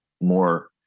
more